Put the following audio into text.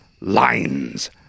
lines